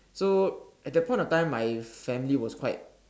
so at that point of time my family was quite